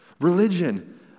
Religion